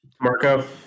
Marco